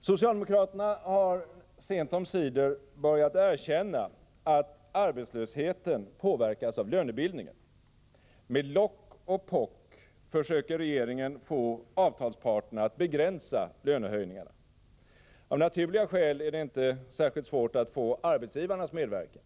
Socialdemokraterna har sent omsider börjat erkänna att arbetslösheten påverkas av lönebildningen. Med lock och pock försöker regeringen få avtalsparterna att begränsa lönehöjningarna. Av naturliga skäl är det inte särskilt svårt att få arbetsgivarnas medverkan.